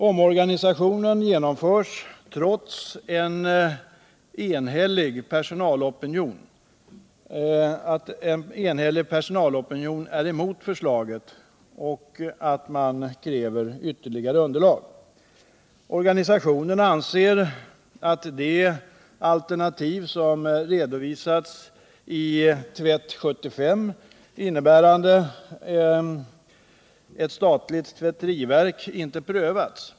Omorganisatio 109 nen genomförs trots att en enhällig personalopinion är emot förslaget och kräver ytterligare underlag. Personalorganisationerna anser att det alternativ som redovisats i Tvätt 75, innebärande ett statligt tvätteriverk, inte prövats.